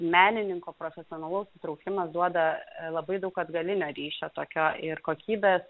menininko profesionalaus įtraukimas duoda labai daug atgalinio ryšio tokio ir kokybės